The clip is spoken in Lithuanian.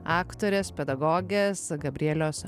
aktorės pedagogės gabrielės